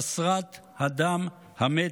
חסרת הדם, המתה.